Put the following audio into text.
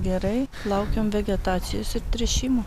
gerai laukiam vegetacijos ir tręšimo